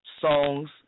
songs